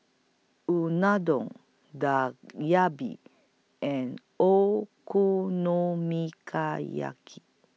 Unadon Dak and